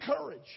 courage